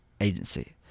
Agency